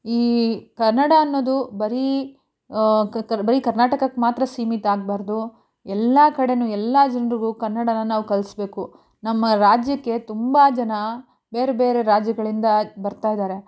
ಈ ಕನ್ನಡ ಅನ್ನೊದು ಬರೀ ಕರಿ ಕರಿ ಬರೀ ಕರ್ನಾಟಕಕ್ಕೆ ಮಾತ್ರ ಸೀಮಿತ ಆಗಬಾರ್ದು ಎಲ್ಲ ಕಡೆಯೂ ಎಲ್ಲ ಜನ್ರಿಗೂ ಕನ್ನಡನ ನಾವು ಕಲಿಸ್ಬೇಕು ನಮ್ಮ ರಾಜ್ಯಕ್ಕೆ ತುಂಬ ಜನ ಬೇರೆ ಬೇರೆ ರಾಜ್ಯಗಳಿಂದ ಬರ್ತಾಯಿದ್ದಾರೆ